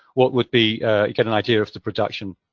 what would be you get an idea of the production.